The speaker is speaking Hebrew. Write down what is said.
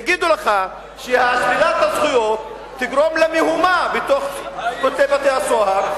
יגידו לך ששלילת הזכויות תגרום למהומה בין כותלי בתי-הסוהר,